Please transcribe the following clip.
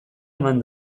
eman